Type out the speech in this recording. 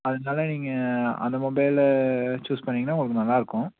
அதனால நீங்கள் அந்த மொபைலை சூஸ் பண்ணிங்கன்னால் உங்களுக்கு நல்லாயிருக்கும்